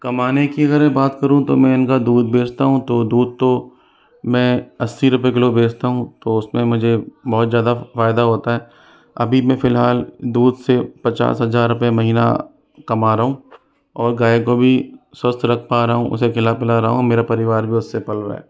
कमाने की अगर मैं बात करूँ तो मैं इनका दूध बेचता हूँ तो दूध तो मैं अस्सी रुपए किलो बेचता हूँ तो उसमें मुझे बहुत ज़्यादा फ़ायदा होता है अभी मैं फिलहाल दूध से पचास हज़ार रुपए महीना कमा रहा हूँ और गाय को भी स्वस्थ रख पा रहा हूँ उसे खिला पिला पा रहा हूँ मेरा परिवार भी उसे पल रहा है